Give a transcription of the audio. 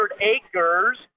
acres